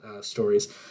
stories